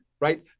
right